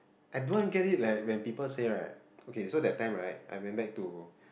I don't want get it leh when people said right okay so that time right I went back to